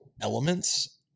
elements